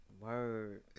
Word